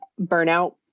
burnout